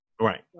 Right